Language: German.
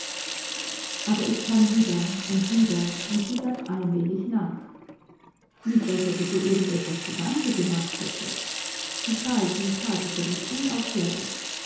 aber ich kam wieder und wieder und sie gab allmählich nach nicht als ob ich ihr irgend etwas zu danke gemacht hätte sie schalt und tadelte mich unaufhörlich